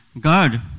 God